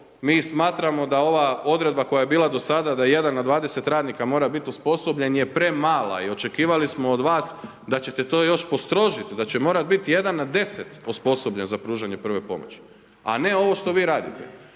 mi smatramo da ova odredba koja je bila do sada da 1 na 20 radnika mora biti osposobljen je premala i očekivali smo od vas da ćete to još postrožit, da će morat biti 1 na 10 osposobljen za pružanje prve pomoći. A ne ovo što vi radite.